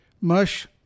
Mush